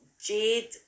Jade